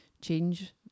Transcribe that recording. change